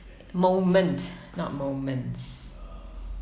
moment not moments